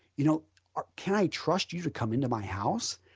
you know ah can i trust you to come into my house?